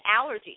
allergies